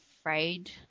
afraid